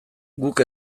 guk